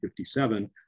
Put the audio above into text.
1957